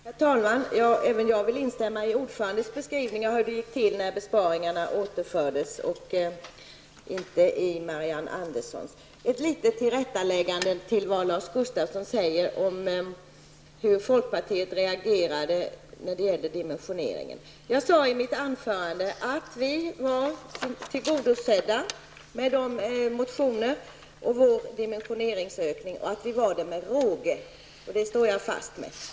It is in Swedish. Herr talman! Även jag vill instämma i ordförandens beskrivning av hur det gick till när besparingarna återfördes. Låt mig också göra ett tillrättaläggande med anledning av vad Lars Gustafsson har sagt om hur folkpartiet reagerade beträffande dimensioneringen. I mitt anförande sade jag att vi med råge var tillgodosedda beträffande den ökning av dimensioneringen som vi hade fört fram i våra motioner. Det uttalandet står jag fast vid.